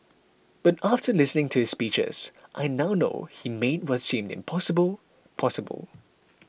but after listening to his speeches I now know he made what seemed impossible possible